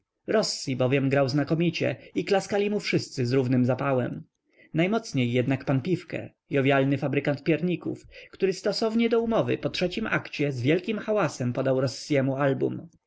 rossi bowiem grał znakomicie i klaskali mu wszyscy z równym zapałem najmocniej jednak pan pifke jowialny fabrykant pierników który stosownie do umowy po trzecim akcie z wielkim hałasem podał rossiemu album